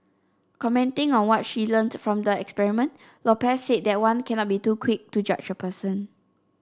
commenting on what she learnt from the experiment Lopez said that one cannot be too quick to judge a person